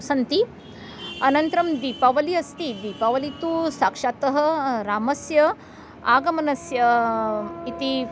सन्ति अनन्तरं दीपावलिः अस्ति दीपावलिः तु साक्षात् रामस्य आगमनस्य इति